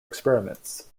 experiments